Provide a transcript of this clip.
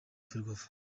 ferwafa